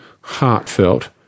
heartfelt